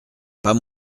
pas